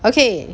okay